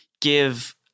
give